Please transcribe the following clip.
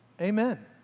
Amen